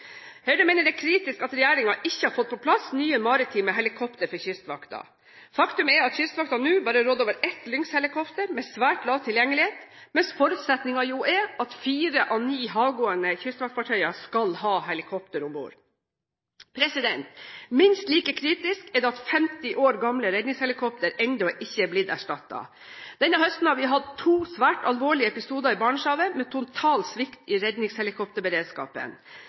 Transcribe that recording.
Høyre mener det er kritisk at regjeringen ikke har fått på plass nye maritime helikopter for Kystvakten. Faktum er at Kystvakten nå bare råder over ett Lynx-helikopter med svært lav tilgjengelighet, mens forutsetningen jo er at fire av ni havgående kystvaktfartøyer skal ha helikopter om bord. Minst like kritisk er det at 50 år gamle redningshelikoptre ennå ikke er blitt erstattet. Denne høsten har vi hatt to svært alvorlige episoder i Barentshavet med total svikt i redningshelikopterberedskapen.